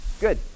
Good